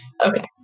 Okay